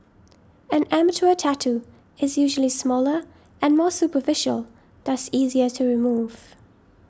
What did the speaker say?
an amateur tattoo is usually smaller and more superficial thus easier to remove